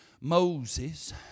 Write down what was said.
Moses